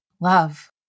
love